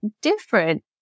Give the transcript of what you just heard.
different